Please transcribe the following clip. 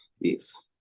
yes